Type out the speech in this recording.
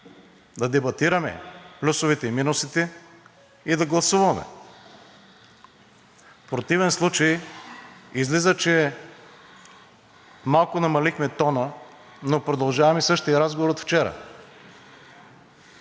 да дебатираме плюсовете и минусите и да гласуваме. В противен случай излиза, че малко намалихме тона, но продължаваме същия разговор от вчера.